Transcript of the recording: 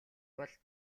бол